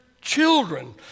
children